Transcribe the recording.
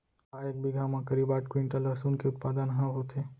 का एक बीघा म करीब आठ क्विंटल लहसुन के उत्पादन ह होथे?